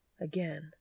Again